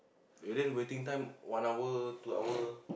Rdiant waiting time one hour two hour